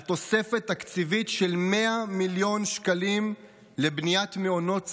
על תוספת תקציבית של 100 מיליון שקלים לבניית מעונות סטודנטים,